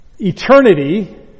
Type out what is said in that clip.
eternity